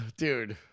dude